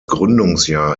gründungsjahr